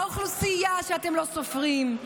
האוכלוסייה שאתם לא סופרים,